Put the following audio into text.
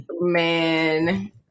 Man